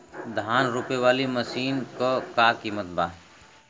धान रोपे वाली मशीन क का कीमत बा?